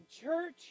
Church